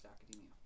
academia